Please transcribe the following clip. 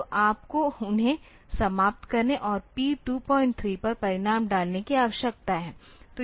तो आपको उन्हें समाप्त करने और P23 पर परिणाम डालने की आवश्यकता है